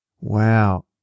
wow